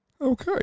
Okay